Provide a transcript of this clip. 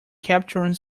capturing